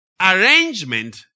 arrangement